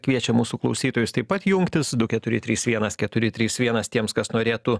kviečiam mūsų klausytojus taip pat jungtis du keturi trys vienas keturi trys vienas tiems kas norėtų